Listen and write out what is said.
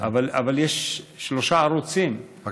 אבל יש שלושה ערוצים שלא תלויים אחד בשני.